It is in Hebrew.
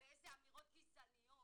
ואיזה אמירות גזעניות,